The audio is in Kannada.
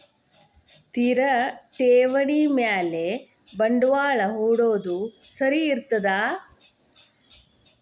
ಸ್ಥಿರ ಠೇವಣಿ ಮ್ಯಾಲೆ ಬಂಡವಾಳಾ ಹೂಡೋದು ಸರಿ ಇರ್ತದಾ?